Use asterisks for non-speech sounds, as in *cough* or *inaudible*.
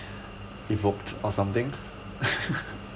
evoked or something *laughs*